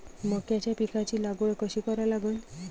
मक्याच्या पिकाची लागवड कशी करा लागन?